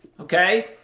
Okay